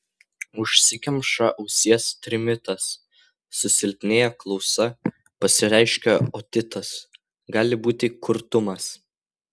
užsikemša ausies trimitas susilpnėja klausa pasireiškia otitas gali būti kurtumas